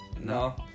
no